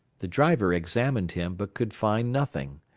the driver examined him, but could find nothing.